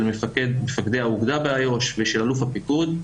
של מפקדי האוגדה באיו"ש ושל אלוף הפיקוד,